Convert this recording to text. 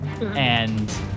And-